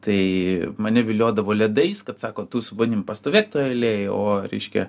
tai mane viliodavo ledais kad sako tu su manim pastovėk toj eilėj o reiškia